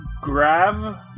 grab